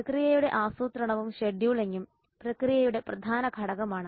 പ്രക്രിയയുടെ ആസൂത്രണവും ഷെഡ്യൂളിംഗും പ്രക്രിയയുടെ പ്രധാന ഘടകമാണ്